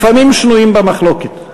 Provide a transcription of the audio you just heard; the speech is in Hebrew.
לפעמים שנויים במחלוקת.